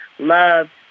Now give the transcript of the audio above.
love